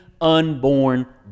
unborn